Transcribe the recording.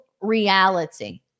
reality